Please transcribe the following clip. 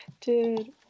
Dude